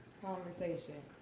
conversation